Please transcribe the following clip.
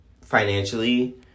financially